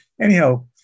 Anyhow